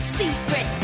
secret